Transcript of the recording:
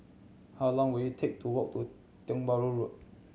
how long will it take to walk to Tiong Bahru Road